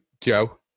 Joe